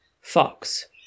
Fox